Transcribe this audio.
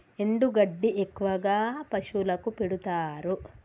ఎండు గడ్డి ఎక్కువగా పశువులకు పెడుతారు